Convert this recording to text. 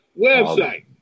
website